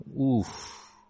Oof